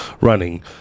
running